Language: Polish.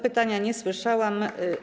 Pytania nie słyszałam.